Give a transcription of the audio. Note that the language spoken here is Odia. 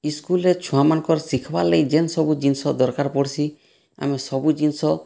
ଇସ୍କୁଲେ ଛୁଆମାନକର୍ ଶିଖ୍ବାର୍ ଲାଗି ଯେନ୍ ସବୁ ଜିନିଷ ଦରକାର୍ ପଡ଼୍ସି ଆମେ ସବୁ ଜିନିଷ